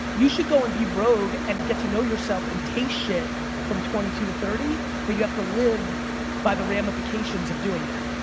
you should go and be rogue and get to know yourself and taste shit from twenty two thirty but you have to live by the ramifications of doing that.